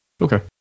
Okay